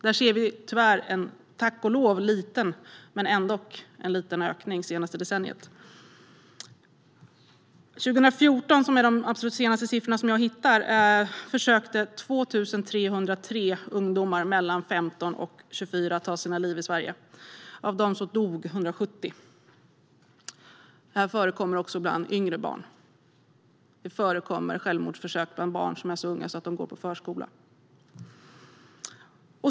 Där ser vi tyvärr en ökning - tack och lov liten men ändock - det senaste decenniet. År 2014, som är det absolut senaste året jag hittar siffror för, försökte 2 303 ungdomar mellan 15 och 24 ta livet av sig i Sverige. Av dem dog 170. Här förekommer ibland också yngre barn. Det förekommer självmordsförsök bland barn som är så unga att de går på förskola.